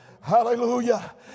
Hallelujah